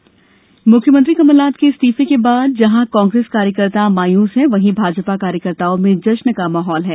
इस्तीफा प्रतिक्रिया जिला मुख्यमंत्री कमलनाथ के इस्तीफे के बाद जहां कांग्रेस कार्यकर्ता मायूस हैं वहीं भाजपा कार्यकर्ताओं में जश्न का माहौल है